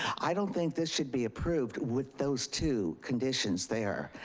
i don't think this should be approved with those two conditions there.